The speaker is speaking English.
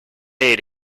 ate